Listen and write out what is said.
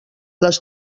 les